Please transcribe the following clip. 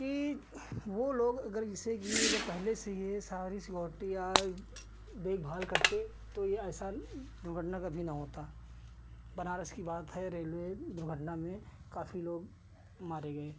कि वह लोग अगर जैसे कि अगर पहले से यह सारी सिक्योरिटी या देखभाल करते तो यह ऐसी दुर्घटना कभी न होती बनारस की बात है रेलवे दुर्घटना में काफ़ी लोग मारे गए